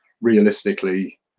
Realistically